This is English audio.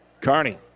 Carney